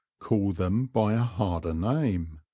call them by a harder name.